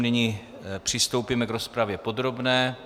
Nyní přistoupíme k rozpravě podrobné.